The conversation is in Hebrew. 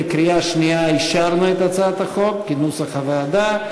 בקריאה שנייה אישרנו את הצעת החוק כנוסח הוועדה.